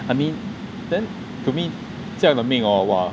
I mean then to me 这样的命 hor !wah!